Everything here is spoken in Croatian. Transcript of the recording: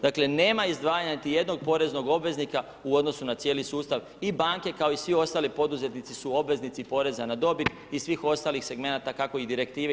Dakle nema izdvajanja niti jednog poreznog obveznika u odnosu na cijeli sustav i banke, kao i svi ostali poduzetnici su obveznici poreza na dobit i svih ostalih segmenata, kako i direktive i naši zakoni kažu.